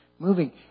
Moving